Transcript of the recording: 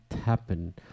happen